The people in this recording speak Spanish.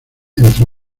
entre